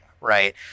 right